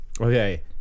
Okay